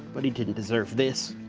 but he didn't deserve this.